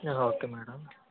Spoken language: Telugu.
okay madam